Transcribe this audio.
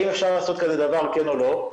האם אפשר לעשות כזה דבר כן או לא,